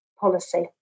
policy